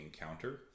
encounter